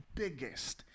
biggest